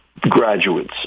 graduates